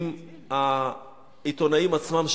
עם העיתונאים עצמם,